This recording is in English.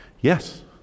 Yes